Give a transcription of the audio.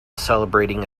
celebrating